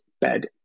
bed